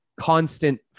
constant